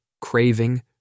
craving